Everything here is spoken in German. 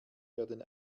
werden